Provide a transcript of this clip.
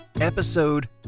episode